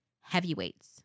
Heavyweights